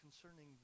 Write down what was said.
concerning